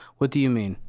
what do you mean?